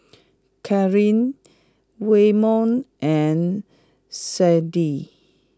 Kathlyn Waymon and Sydnee